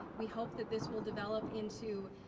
we hoped that this will develop into,